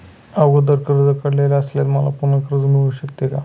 अगोदर कर्ज काढलेले असल्यास मला पुन्हा कर्ज मिळू शकते का?